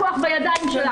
כל הכוח בידיים שלך.